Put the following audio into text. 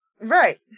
Right